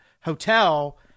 hotel